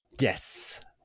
Yes